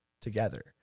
together